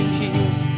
heals